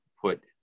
put